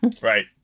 Right